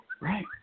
Right